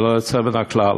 ללא יוצא מן הכלל.